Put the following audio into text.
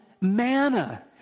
manna